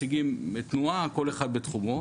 מציגים תנועה כל אחד בתחומו.